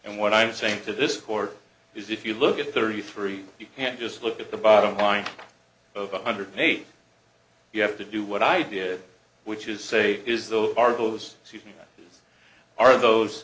and what i'm saying to this court is if you look at thirty three you can't just look at the bottom line of a hundred eight you have to do what i did which is say is the argos sued are those